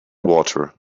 water